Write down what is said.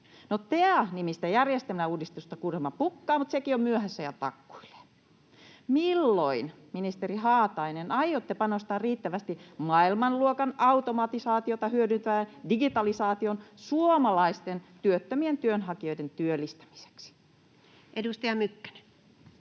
No, TEA-nimistä järjestelmäuudistusta kuulemma pukkaa, mutta sekin on myöhässä ja takkuilee. Milloin, ministeri Haatainen, aiotte panostaa riittävästi maailmanluokan automatisaatiota hyödyntävään digitalisaatioon suomalaisten työttömien työnhakijoiden työllistämiseksi? [Speech